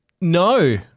No